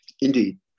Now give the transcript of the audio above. indeed